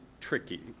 tricky